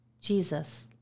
Jesus